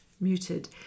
muted